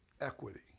Equity